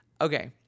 Okay